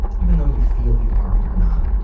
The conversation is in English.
even though you feel you are, you're not.